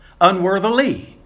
Unworthily